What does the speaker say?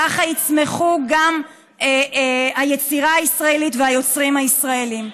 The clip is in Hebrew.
ככה יצמחו גם היצירה הישראלית והיוצרים הישראלים.